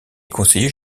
conseiller